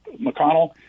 McConnell